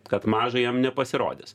kad maža jam nepasirodys